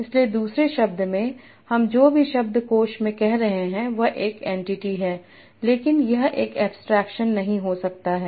इसलिए दूसरे शब्द में हम जो भी शब्द कोष में कह रहे हैं वह एक एनटीटी है लेकिन यह एक एब्स्ट्रक्शन नहीं हो सकता है